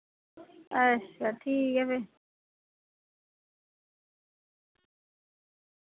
अच्छा ठीक ऐ फिर